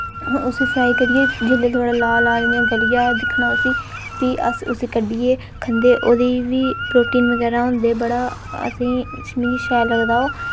उसी फ्राई करियै जिल्लै थोह्ड़ा लाल लाल इ'यां गलिया दिक्खना उसी फ्ही अस उसी कड्ढियै खंदे ओह्दी बी प्रोटीन बगैरा होन्दे बड़ा असें मिं शैल लगदा ओह्